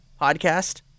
podcast